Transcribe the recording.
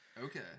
Okay